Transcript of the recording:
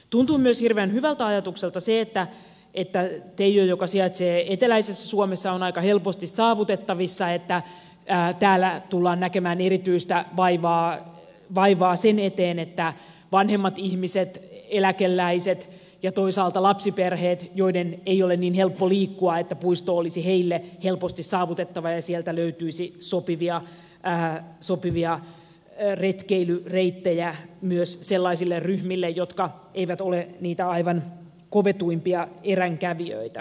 tuntuu myös hirveän hyvältä ajatukselta se että teijo joka sijaitsee eteläisessä suomessa on aika helposti saavutettavissa että täällä tullaan näkemään erityistä vaivaa sen eteen että vanhemmille ihmisille eläkeläisille ja toisaalta lapsiperheille joiden ei ole niin helppo liikkua puisto olisi helposti saavutettava ja sieltä löytyisi sopivia retkeilyreittejä myös sellaisille ryhmille jotka eivät ole niitä aivan kovetuimpia eränkävijöitä